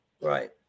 right